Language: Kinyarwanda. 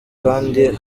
kandi